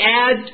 add